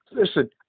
Listen